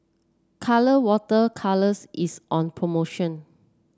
Colora Water Colours is on promotion